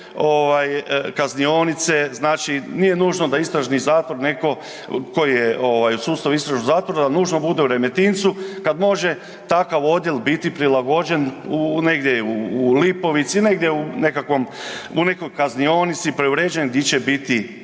kaznionice, znači nije nužno da istražni zatvor netko tko u sustavu istražnog zatvora nužno bude u Remetincu, kad može takav odjel biti prilagođen u negdje, u Lipovici, negdje u nekakvom, u nekoj kaznionici preuređen di će biti